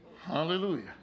Hallelujah